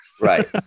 right